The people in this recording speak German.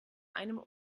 einem